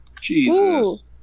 Jesus